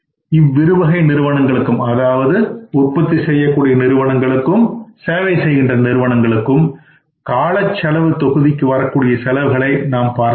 இவ்விருவகை நிறுவனங்களுக்கும் காலச்செலவு தொகுதிக்கு வரக்கூடிய செலவுகளை நாம் பார்த்தோம்